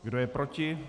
Kdo je proti?